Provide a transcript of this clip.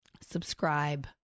subscribe